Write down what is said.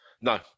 no